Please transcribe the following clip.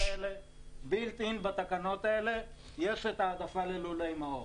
בילט אין בתקנות האלה יש את ההעדפה ללולי מעוף.